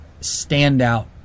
standout